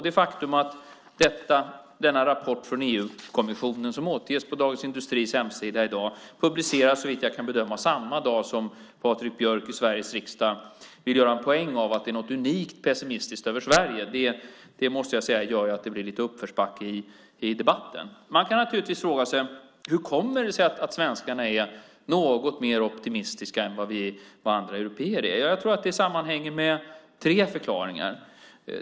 Det faktum att denna rapport från EU-kommissionen, som återges på Dagens Industris hemsida i dag, såvitt jag kan bedöma publiceras samma dag som Patrik Björck i Sveriges riksdag vill göra en poäng av att det är något unikt pessimistiskt över Sverige måste jag säga gör att det blir lite uppförsbacke i debatten. Man kan naturligtvis fråga sig hur det kommer sig att svenskarna är något mer optimistiska än vad andra européer är. Jag tror att det sammanhänger med tre förklaringar.